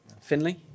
finley